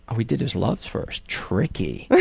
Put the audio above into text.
oh he did his loves first, tricky.